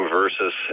versus